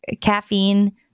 caffeine